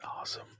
Awesome